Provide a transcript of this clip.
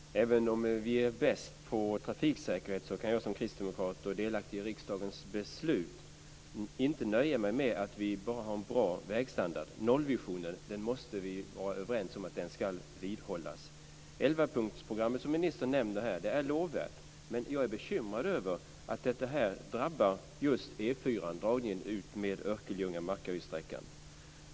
Fru talman! Även om vi är bäst på trafiksäkerhet kan jag som kristdemokrat och delaktig i riksdagens beslut inte nöja med mig att vi har en bra vägstandard. Vi måste vara överens om att nollvisionen ska vidhållas. 11-punktsprogrammet som ministern här nämner är lovvärt. Men jag är bekymrad över att det här drabbar just E 4:an och Örkelljunga-Markarydssträckan.